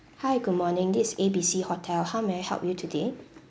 hi good morning this is A B C hotel how may I help you today